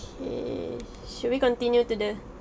okay should we continue to the